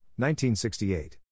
1968